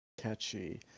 catchy